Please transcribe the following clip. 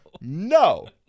no